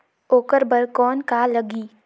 ओकर बर कौन का लगी?